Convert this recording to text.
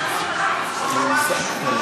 לי.